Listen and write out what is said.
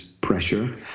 pressure